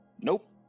Nope